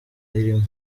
irimo